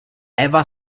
eva